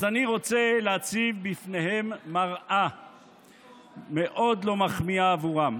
אז אני רוצה להציב בפניהם מראה מאוד לא מחמיאה בעבורם.